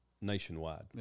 nationwide